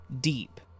deep